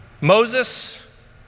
Moses